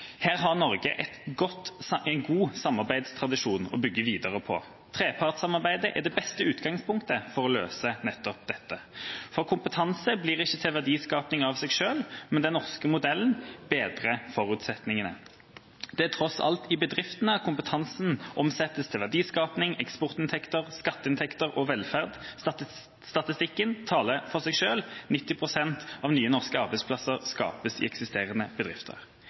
Her har Norge en god samarbeidstradisjon å bygge videre på. Trepartssamarbeidet er det beste utgangspunktet for å løse nettopp dette. Kompetanse blir ikke til verdiskaping av seg selv, men den norske modellen bedrer forutsetningene. Det er tross alt i bedriftene kompetansen omsettes til verdiskaping, eksportinntekter, skatteinntekter og velferd. Statistikken taler for seg selv: 90 pst. av nye norske arbeidsplasser skapes i eksisterende bedrifter.